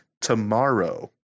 tomorrow